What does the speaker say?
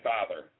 Father